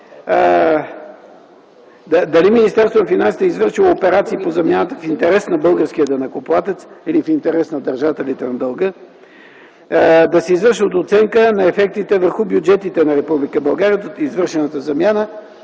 финансите е извършило операции по замяната в интерес на българския данъкоплатец или в интерес на държателите на дълга? Да се извърши оценка на ефектите върху бюджетите на Република България от извършената замяна